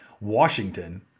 Washington